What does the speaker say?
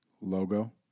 logo